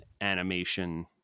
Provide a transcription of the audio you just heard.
animation